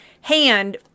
hand